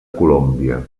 colòmbia